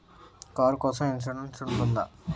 Car కోసం insurance ఉంటుందా?